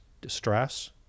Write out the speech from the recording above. Distress